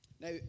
Now